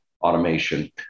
automation